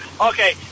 Okay